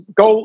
go